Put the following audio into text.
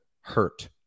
hurt